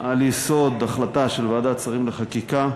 על יסוד החלטה של ועדת השרים לחקיקה.